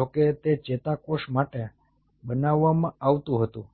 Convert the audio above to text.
જો કે તે ચેતાકોષ માટે બનાવવામાં આવ્યું હતું